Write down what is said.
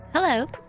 hello